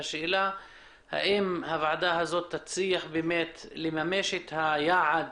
השאלה האם הוועדה הזו תצליח לממש את היעד